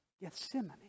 Gethsemane